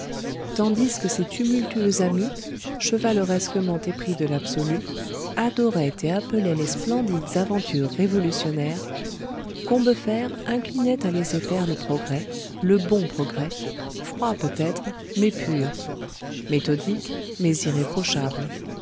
tandis que ses tumultueux amis chevaleresquement épris de l'absolu adoraient et appelaient les splendides aventures révolutionnaires combeferre inclinait à laisser faire le progrès le bon progrès froid peut-être mais pur méthodique mais irréprochable